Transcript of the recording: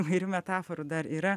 įvairių metaforų dar yra